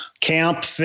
camp